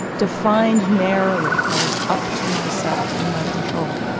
defined narrowly as up to myself in my control.